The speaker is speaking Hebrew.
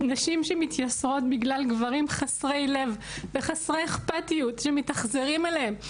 נשים שמתייסרות בגלל גברים חסרי לב וחסרי אכפתיות שמתאכזרים אליהן,